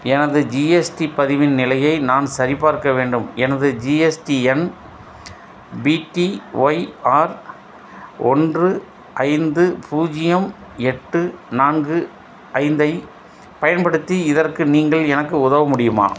எனது ஜிஎஸ்டி பதிவின் நிலையை நான் சரிபார்க்க வேண்டும் எனது GSTN P D Y R ஒன்று ஐந்து பூஜ்ஜியம் எட்டு நான்கு ஐந்தை பயன்படுத்தி இதற்கு நீங்கள் எனக்கு உதவ முடியுமா